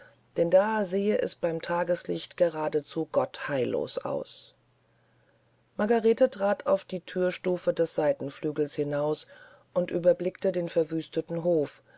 denn da sehe es beim tageslicht geradezu gottheillos aus margarete trat auf die thürstufen des seitenflügels hinaus und überblickte den verwüsteten hof